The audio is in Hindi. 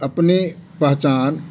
अपने पहचान